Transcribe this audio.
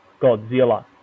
Godzilla